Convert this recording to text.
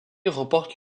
remporte